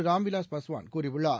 ராம்விலாஸ் பாஸ்வான் கூறியுள்ளார்